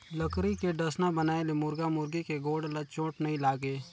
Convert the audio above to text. लकरी के डसना बनाए ले मुरगा मुरगी के गोड़ ल चोट नइ लागे